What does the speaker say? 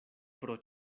pro